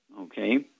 Okay